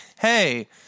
hey